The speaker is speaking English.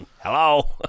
Hello